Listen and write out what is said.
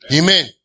Amen